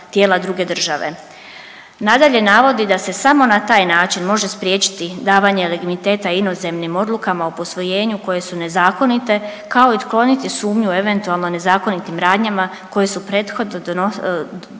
tijela druge države. Nadalje navodi da se samo na taj način može spriječiti davanje legitimiteta inozemnim odlukama o posvojenju koje su nezakonite kao i otkloniti sumnju u eventualno nezakonitim radnjama koje su prethodile donošenju